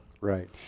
Right